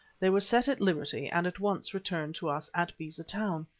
they were set at liberty, and at once returned to us at beza town.